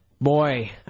Boy